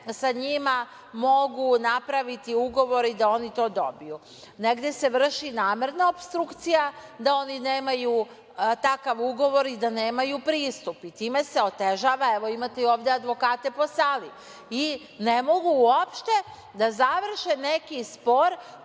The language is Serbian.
sa njima mogu napraviti ugovori da oni to dobiju. Negde se vrši namerno opstrukcija da oni nemaju takav ugovor i da nemaju pristup. Time se otežava, evo, imate ovde i advokate po sali, i ne mogu uopšte da završe neki spor